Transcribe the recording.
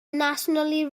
nationally